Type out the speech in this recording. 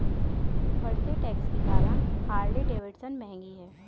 बढ़ते टैक्स के कारण हार्ले डेविडसन महंगी हैं